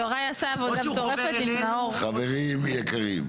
חברים יקרים,